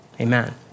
Amen